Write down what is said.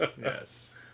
yes